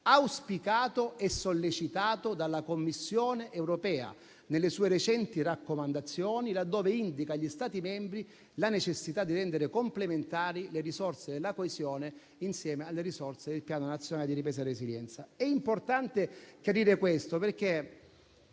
auspicato e sollecitato dalla Commissione europea nelle sue recenti raccomandazioni, laddove indica agli Stati membri la necessità di rendere complementari le risorse della coesione, insieme alle risorse del Piano nazionale di ripresa e resilienza. È importante chiarire tutto ciò perché